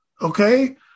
okay